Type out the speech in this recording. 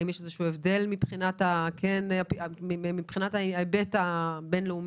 האם יש איזשהו הבדל מבחינת ההיבט הבין-לאומי?